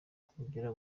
kugira